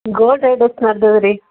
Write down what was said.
gold rate ಎಷ್ಟು ನಡ್ದದೆ ರೀ